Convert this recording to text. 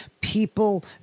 people